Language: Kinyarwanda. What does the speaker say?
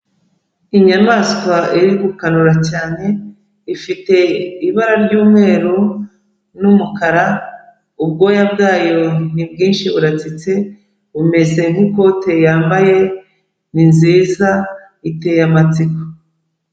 Inyamanswa iri gukanura cyane. Ifite ibara ry'umweru, n'umukara. Ubwoya bwayo ni bwinshi buratsitse. Bumeze nk'ikote yambaye. Ni nziza iteye amatsiko.